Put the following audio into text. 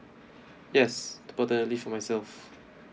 yes totally for myself